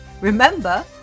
Remember